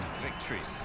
victories